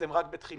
אתם רק בתחילתו.